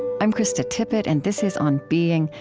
i'm krista tippett, and this is on being,